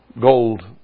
gold